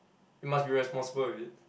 you must be responsible with it